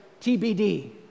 TBD